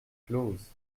closes